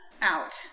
out